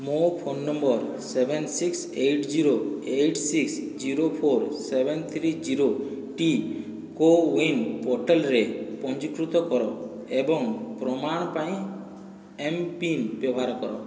ମୋ phone number seven six eight zero eight six zero four seven three zero ଟି CoWIN ପୋର୍ଟାଲରେ ପଞ୍ଜୀକୃତ କର ଏବଂ ପ୍ରମାଣ ପାଇଁ ଏମ୍ପିନ୍ ବ୍ୟବହାର କର